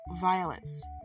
violets